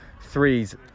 threes